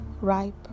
ripe